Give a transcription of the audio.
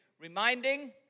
reminding